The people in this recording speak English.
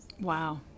Wow